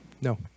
No